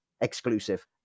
exclusive